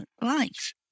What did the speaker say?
life